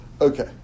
Okay